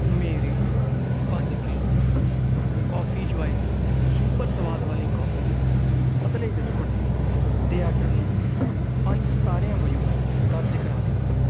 ਮੇਰੇ ਪੰਜ kilo coffee ਜੋਆਏ ਸੁਪਰ ਸਵਾਦ ਵਾਲੀ ਕੌਫੀ ਪਤਲੇ ਬਿਸਕੁਟ ਦੇ ਆਰਡਰ ਨੂੰ ਪੰਜ ਸਿਤਾਰਿਆਂ ਵਜੋਂ ਦਰਜ ਕਰਵਾ ਦਿਓ